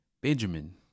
Benjamin